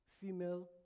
female